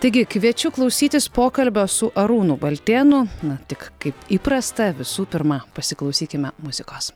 taigi kviečiu klausytis pokalbio su arūnu baltėnu na tik kaip įprasta visų pirma pasiklausykime muzikos